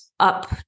up